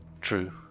True